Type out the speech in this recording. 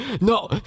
No